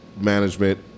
management